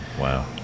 wow